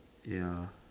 ya